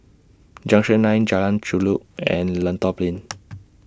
Junction nine Jalan Chulek and Lentor Plain